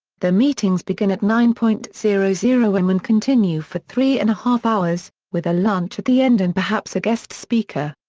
the meetings begin at nine point zero zero am and continue for three and a half hours, with a lunch at the end and perhaps a guest speaker.